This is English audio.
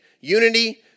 unity